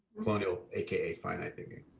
colonial aka, finite thinking.